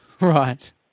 Right